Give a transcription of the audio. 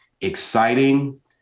exciting